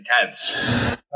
intense